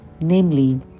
namely